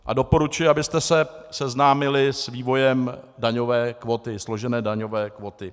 A doporučuji, abyste se seznámili s vývojem daňové kvóty, složené daňové kvóty.